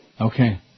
Okay